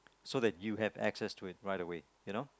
so that you have excess to it via that way you know